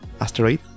asteroid